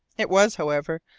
it was, however,